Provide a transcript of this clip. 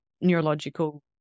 neurological